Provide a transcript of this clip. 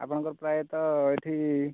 ଆପଣଙ୍କର ପ୍ରାୟତଃ ଏଠି